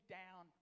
down